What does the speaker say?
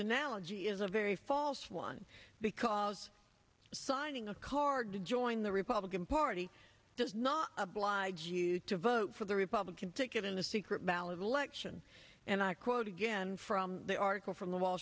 analogy is a very false one because signing a card to join the republican party does not oblige you to vote for the republican ticket in a secret ballot election and i quote again from the article from the wall